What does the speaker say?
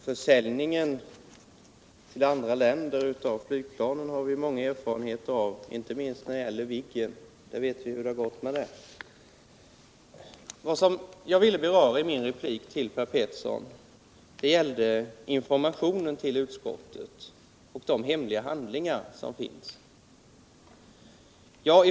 Herr talman! Försök till försäljning av flygplan till andra länder har vi många erfarenheter av, inte minst när det gäller Viggen, men vi vet ju också hur det har gått med den försäljningen. Min replik till Per Petersson gällde informationen till utskottet och de hemliga handlingar som finns.